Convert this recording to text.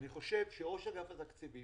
אני חושב שראש אגף התקציבים